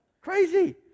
crazy